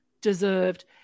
deserved